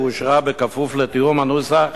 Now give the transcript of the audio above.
ואושרה כפוף לתיאום הנוסח